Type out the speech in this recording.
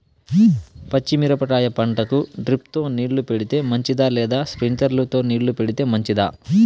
పచ్చి మిరపకాయ పంటకు డ్రిప్ తో నీళ్లు పెడితే మంచిదా లేదా స్ప్రింక్లర్లు తో నీళ్లు పెడితే మంచిదా?